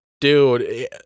Dude